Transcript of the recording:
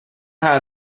how